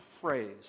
phrase